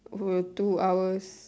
for two hours